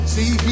See